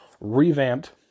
revamped